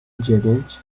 dziewięć